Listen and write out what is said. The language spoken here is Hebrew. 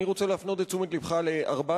אני רוצה להפנות את תשומת לבך לארבעה